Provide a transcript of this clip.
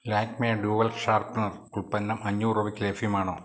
Lakme dual sharpener ഉൽപ്പന്നം അഞ്ഞൂറ് രൂപയ്ക്ക് ലഭ്യമാണോ